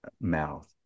mouth